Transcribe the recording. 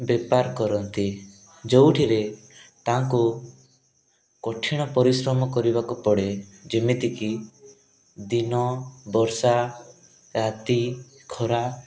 ବେପାର କରନ୍ତି ଯେଉଁଠିରେ ତାଙ୍କୁ କଠିଣ ପରିଶ୍ରମ କରିବାକୁ ପଡ଼େ ଯେମିତିକି ଦିନ ବର୍ଷା ରାତି ଖରା